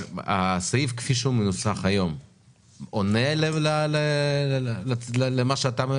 אבל הסעיף כפי שהוא מנוסח היום עונה למה שאתה אומר?